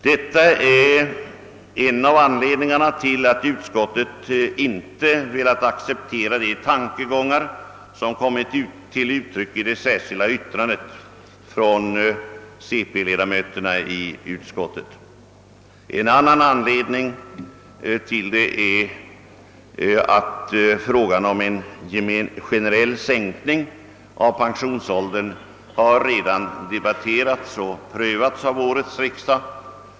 Detta är alltså en av anledningarna till att utskottsmajoriteten inte velat acceptera de tankegångar som återfinns i det särskilda yttrandet av utskottets centerpartiledamöter. En annan anledning är att frågan om en generell sänkning av pensionsåldern redan debatte rats och prövats av årets riksdag.